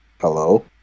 Hello